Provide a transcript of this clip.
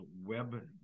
web